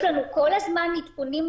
יש לנו כל הזמן עדכונים.